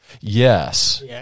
Yes